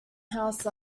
house